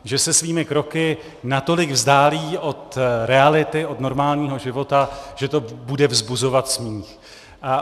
Že se svými kroky natolik vzdálí od reality, od normálního života, že to bude vzbuzovat smích.